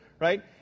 right